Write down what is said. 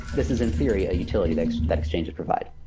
this is in theory a utility that that exchanges provide.